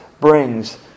brings